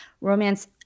romance